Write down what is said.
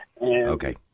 Okay